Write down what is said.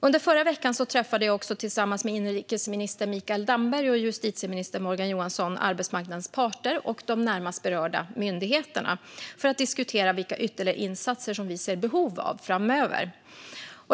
Under förra veckan träffade jag också tillsammans med inrikesminister Mikael Damberg och justitieminister Morgan Johansson arbetsmarknadens parter och de närmast berörda myndigheterna för att diskutera vilka ytterligare insatser som vi ser behov av framöver.